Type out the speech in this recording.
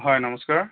হয় নমস্কাৰ